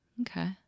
Okay